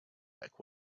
back